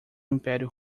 império